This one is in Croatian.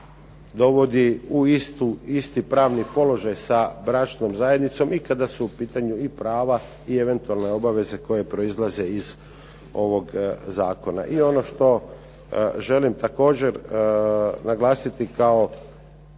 dovodi u isti pravni položaj sa bračnom zajednicom i kada su u pitanju prava i eventualne obaveze koje proizlaze iz ovog zakona. I ono što želim također naglasiti kao